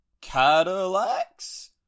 Cadillacs